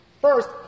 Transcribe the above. First